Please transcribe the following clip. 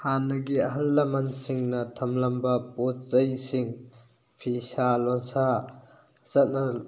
ꯍꯥꯟꯅꯒꯤ ꯑꯍꯟ ꯂꯝꯃꯟꯁꯤꯡꯅ ꯊꯝꯂꯝꯕ ꯄꯣꯠꯆꯩꯁꯤꯡ ꯐꯤꯁꯥ ꯂꯣꯟꯁꯥ ꯆꯠꯅ